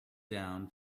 down